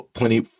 plenty